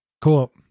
Cool